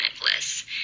bliss